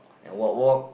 and walk walk